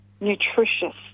nutritious